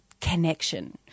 connection